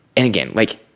and again, like,